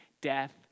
death